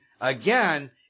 again